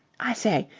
i say,